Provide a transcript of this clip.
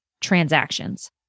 transactions